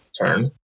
turn